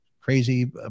crazy